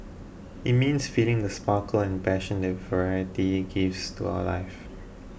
it means feeling the sparkle and passion that variety gives to our lives